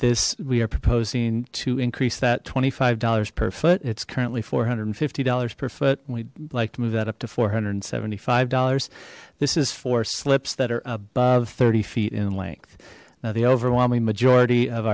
this we are proposing to increase that twenty five dollars per foot it's currently four hundred and fifty dollars per foot we'd like to move that up to four hundred and seventy five dollars this is for slips that are above thirty feet in length now the overwhelming majority of